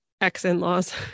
ex-in-laws